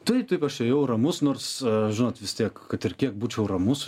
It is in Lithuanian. taiptaip aš ėjau ramus nors žinot vistiek kad ir kiek būčiau ramus